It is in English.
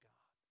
God